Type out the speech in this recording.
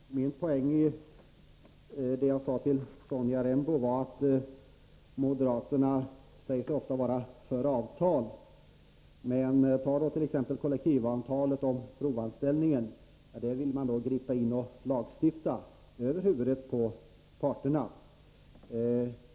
Herr talman! Poängen i det jag sade till Sonja Rembo var att moderaterna ofta säger sig vara för avtal. Men ta då t.ex. kollektivavtalet om provanställning! Där ville moderaterna gripa in och lagstifta över huvudet på parterna.